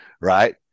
right